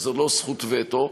שזאת לא זכות וטו,